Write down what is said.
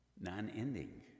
non-ending